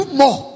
more